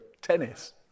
tennis